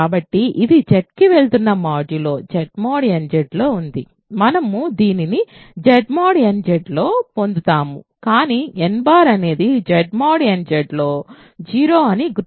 కాబట్టి ఇది Z వెళ్తున్న మాడ్యులో Z mod nZలో ఉంది మనము దీనిని Z mod nZలో పొందుతాము కానీ n అనేది Z mod nZ లో 0 అని గుర్తుంచుకోండి